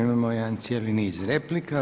Imamo jedan cijeli niz replika.